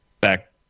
back